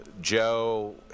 joe